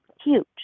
Huge